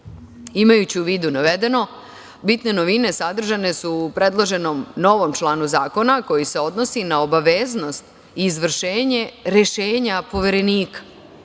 u vidu navedeno, bitne novine sadržane su u predloženom novom članu zakona koji se odnosi na obaveznost izvršenje rešenja Poverenika.